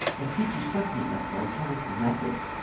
and teach you something of my chemical methods,